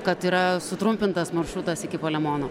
kad yra sutrumpintas maršrutas iki palemono